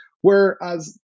Whereas